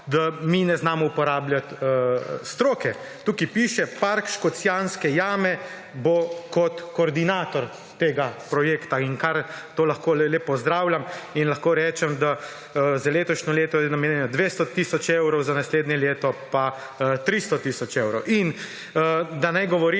da mi ne znamo uporabljati stroke. Tukaj piše park Škocjanske jame bo kot koordinator tega projekta in ker to le lahko pozdravljam in lahko rečem, da za letošnje leto je namenjeno 200 tisoč evrov, za naslednje leto pa 300 tisoč evrov. In da ne govorim